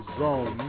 zone